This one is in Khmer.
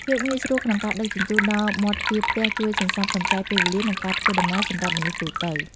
ភាពងាយស្រួលក្នុងការដឹកជញ្ជូនដល់មាត់ទ្វារផ្ទះជួយសន្សំសំចៃពេលវេលា និងការធ្វើដំណើរសម្រាប់មនុស្សទូទៅ។